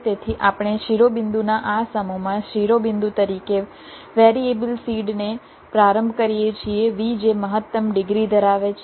તેથી આપણે શિરોબિંદુના આ સમૂહમાં શિરોબિંદુ તરીકે વેરિએબલ સીડ ને પ્રારંભ કરીએ છીએ V જે મહત્તમ ડિગ્રી ધરાવે છે